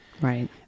right